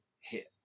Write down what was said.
hit